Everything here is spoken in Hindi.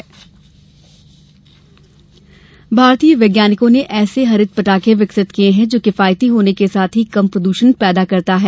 हरित पटाखे भारतीय वैज्ञानिकों ने एक ऐसे हरित पटाखे विकसित किये हैं जो किफायती होने के साथ ही कम प्रदूषण पैदा करता है